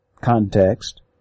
context